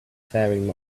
faring